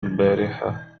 البارحة